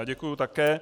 Děkuji také.